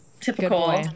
Typical